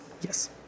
Yes